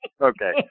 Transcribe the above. Okay